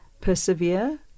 persevere